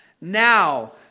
now